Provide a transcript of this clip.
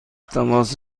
تماس